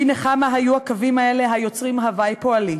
בנחמה היו הקווים האלה היוצרים הווי פועלי.